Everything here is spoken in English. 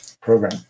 program